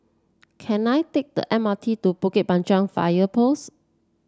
can I take the M R T to Bukit Panjang Fire Post